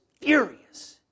Furious